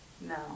No